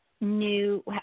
new